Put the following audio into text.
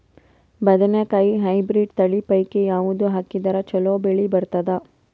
ಬದನೆಕಾಯಿ ಹೈಬ್ರಿಡ್ ತಳಿ ಪೈಕಿ ಯಾವದು ಹಾಕಿದರ ಚಲೋ ಬೆಳಿ ಬರತದ?